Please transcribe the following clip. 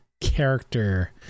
character